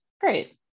great